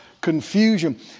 confusion